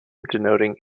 denoting